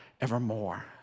evermore